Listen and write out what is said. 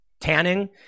tanning